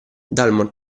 dalmor